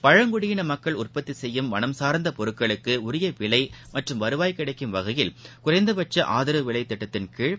பழங்குடியின மக்கள் உற்பத்தி செய்யும் வனம் சார்ந்த பொருட்களுக்கு உரிய விலை மற்றும் வருவாய் கிடைக்கும் வகையில் குறைந்த பட்ச ஆதரவு விலை திட்டத்தின் கீழ்